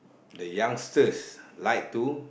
they youngsters like to